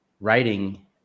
writing